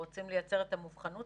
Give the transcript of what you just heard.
ורוצים לייצר את האבחנה הזאת,